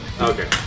Okay